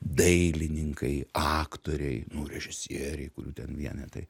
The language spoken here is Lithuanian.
dailininkai aktoriai režisieriai kurių ten vienetai